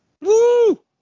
Woo